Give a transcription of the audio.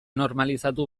normalizatu